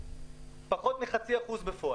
פחות מחצי אחוז בפועל,